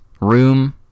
room